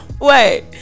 wait